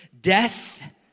Death